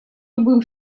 любым